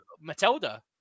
Matilda